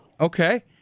Okay